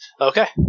Okay